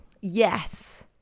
Yes